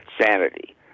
sanity